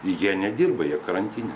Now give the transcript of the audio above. jie nedirba jie karantine